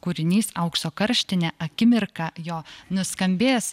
kūrinys aukso karštinė akimirka jo nuskambės